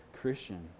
Christian